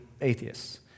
atheists